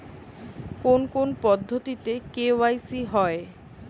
কোন কোন পদ্ধতিতে কে.ওয়াই.সি হয়?